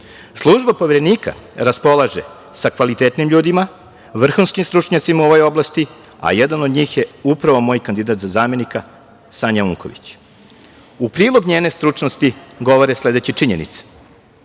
služba Poverenika raspolaže sa kvalitetnim ljudima, vrhunskim stručnjacima u ovoj oblasti, a jedan od njih je upravo moj kandidat za zamenika Sanja Unković. U prilog njene stručnosti govore sledeće činjenice,